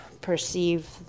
perceive